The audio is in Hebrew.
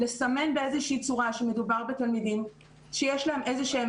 לסמן באיזו שהיא צורה שמדובר בתלמידים שיש להם איזה שהם